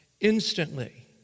instantly